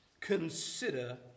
consider